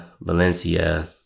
Valencia